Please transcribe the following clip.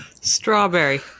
strawberry